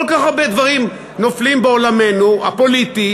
כל כך הרבה דברים נופלים בעולמנו הפוליטי